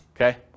Okay